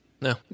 No